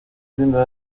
tienda